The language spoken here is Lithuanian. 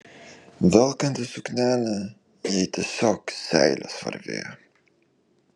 velkantis suknelę jai tiesiog seilės varvėjo